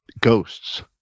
ghosts